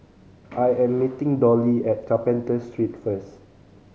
I am meeting Dolly at Carpenter Street first